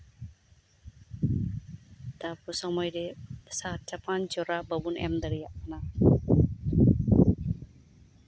ᱛᱟᱨᱯᱚᱨ ᱥᱚᱢᱚᱭ ᱨᱮ ᱥᱟᱨ ᱪᱟᱯᱟᱱ ᱡᱚᱨᱟ ᱵᱟᱵᱚᱢᱱ ᱮᱢ ᱫᱟᱲᱮᱣᱟᱜ ᱠᱟᱱᱟ